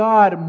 God